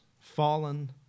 fallen